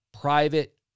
private